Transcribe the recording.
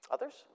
Others